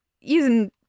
using